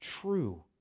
true